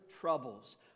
troubles